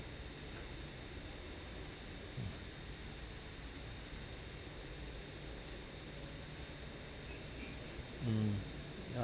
mm ya